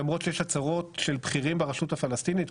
למרות שיש הצהרות של בכירים ברשות הפלסטינית,